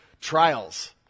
Trials